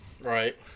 Right